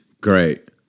great